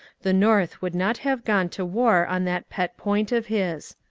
the north would not have gone to war on that pet point of his.